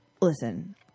Listen